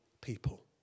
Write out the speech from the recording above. people